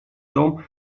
том